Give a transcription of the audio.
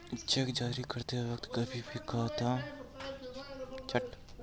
check जारी करते वक्त कभी भी खाली जगह न छोड़ें